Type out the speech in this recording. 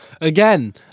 Again